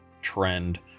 trend